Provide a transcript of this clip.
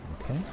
Okay